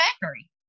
factory